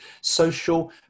social